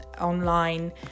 online